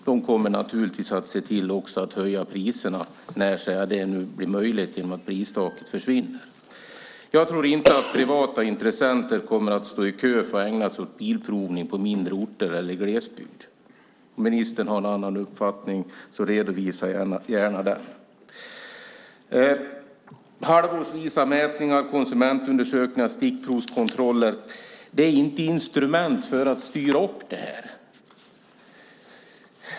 De kommer att höja priserna när pristaket försvinner. Jag tror inte att privata intressenter kommer att stå i kö för att ägna sig åt bilprovning på mindre orter eller i glesbygd. Om ministern har en annan uppfattning får hon gärna redovisa den. Halvårsvisa mätningar, konsumentundersökningar och stickprovskontroller är inte instrument för att styra upp detta.